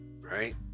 right